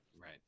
Right